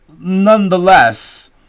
nonetheless